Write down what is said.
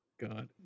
god